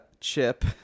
Chip